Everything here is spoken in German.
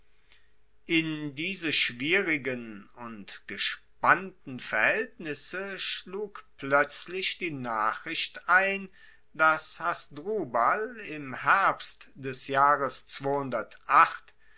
in diese schwierigen und gespannten verhaeltnisse schlug ploetzlich die nachricht hinein dass hasdrubal im herbst des jahres